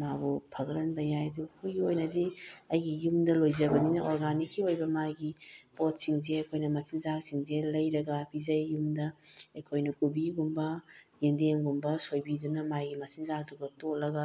ꯃꯥꯕꯨ ꯐꯒꯠꯍꯟꯕ ꯌꯥꯏ ꯑꯗꯨ ꯑꯩꯈꯣꯏꯒꯤ ꯑꯣꯏꯅꯗꯤ ꯑꯩꯒꯤ ꯌꯨꯝꯗ ꯂꯣꯏꯖꯕꯅꯤꯅ ꯑꯣꯔꯒꯥꯅꯤꯛꯀꯤ ꯑꯣꯏꯕ ꯃꯥꯒꯤ ꯄꯣꯠꯁꯤꯡꯁꯦ ꯑꯩꯈꯣꯏꯅ ꯃꯆꯤꯟꯖꯥꯛꯁꯤꯡꯁꯦ ꯂꯩꯔꯒ ꯄꯤꯖꯩ ꯌꯨꯝꯗ ꯑꯩꯈꯣꯏꯅ ꯀꯣꯕꯤꯒꯨꯝꯕ ꯌꯦꯟꯗꯦꯝꯒꯨꯝꯕ ꯁꯣꯏꯕꯤꯗꯨꯅ ꯃꯥꯒꯤ ꯃꯆꯤꯟꯖꯥꯛꯇꯨꯒ ꯇꯣꯠꯂꯒ